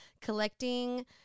collecting